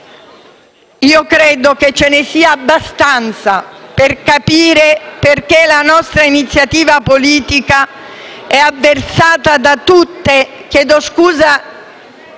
Io credo che ce ne sia abbastanza per capire perché la nostra iniziativa politica è avversata da tutte